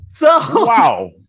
Wow